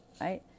right